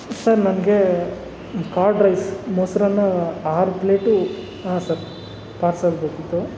sir ನನಗೆ curd rice ಮೊಸರನ್ನ ಆರು ಪ್ಲೇಟು ಹಾಂ ಸರ್ ಪಾರ್ಸಲ್ ಬೇಕಿತ್ತು